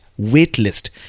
waitlist